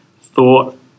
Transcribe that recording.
thought